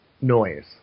noise